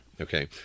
Okay